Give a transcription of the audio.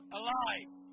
alive